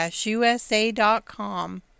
USA.com